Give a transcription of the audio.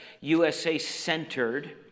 USA-centered